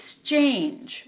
exchange